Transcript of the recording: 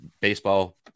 baseball